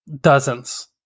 dozens